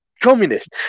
communist